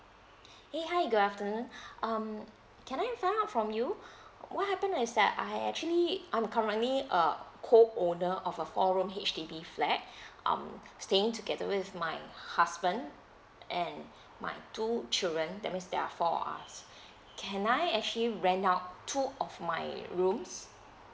hey hi good afternoon um can I found out from you what happen is that I actually I'm currently uh co owner of a four room H_D_B flat um staying together with my husband and my two children that means there are four of us can I actually rent out two of my rooms